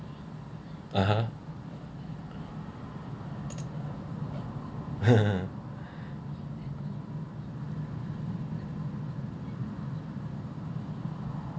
(uh huh)